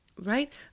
right